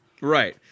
Right